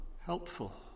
helpful